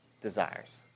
desires